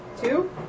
Two